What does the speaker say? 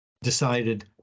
decided